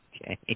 Okay